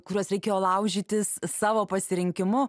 kuriuos reikėjo laužytis savo pasirinkimu